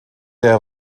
der